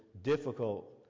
Difficult